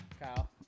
Kyle